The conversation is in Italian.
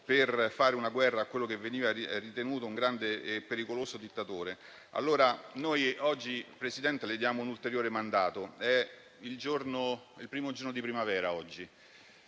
libera a una guerra a quello che veniva ritenuto un grande e pericoloso dittatore. Noi oggi, Presidente, le diamo un ulteriore mandato. Oggi è il primo giorno di primavera e in